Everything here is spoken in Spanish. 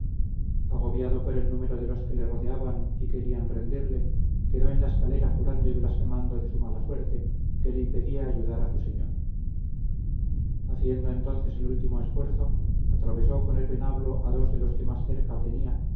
agobiado por el número de los que le rodeaban y querían rendirle quedó en la escalera jurando y blasfemando de su mala suerte que le impedía ayudar a su señor haciendo entonces el último esfuerzo atravesó con el venablo a dos de los que más cerca tenía